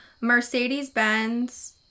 Mercedes-Benz